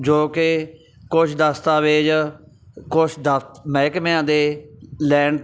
ਜੋ ਕਿ ਕੁਝ ਦਸਤਾਵੇਜ਼ ਕੁਛ ਦਫ ਮਹਿਕਮਿਆਂ ਦੇ ਲੈਣ